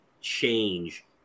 change